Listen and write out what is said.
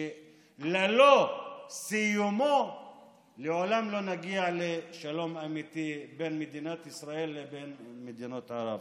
שללא סיומו לעולם לא נגיע לשלום אמיתי בין מדינת ישראל לבין מדינות ערב.